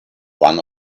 one